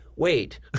Wait